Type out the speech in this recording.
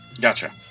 Gotcha